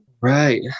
Right